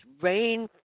rain